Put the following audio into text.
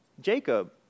Jacob